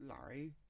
Larry